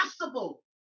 impossible